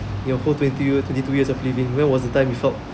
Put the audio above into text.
in your whole twenty twenty two years of living when was the time you felt